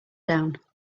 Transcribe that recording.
down